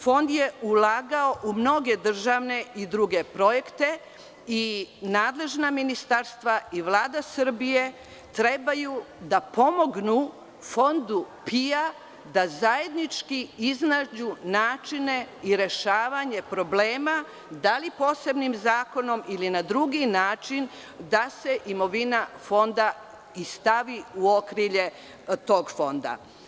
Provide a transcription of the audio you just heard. Fond je ulagao u mnoge državne i druge projekte i nadležna ministarstva i Vlada Srbije trebaju da pomognu Fondu PIO da zajednički iznađu načine za rešavanje problema, da li posebnim zakonom ili na drugi način, da se imovina Fonda stavi u okrilje tog Fonda.